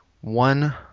one